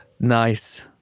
Nice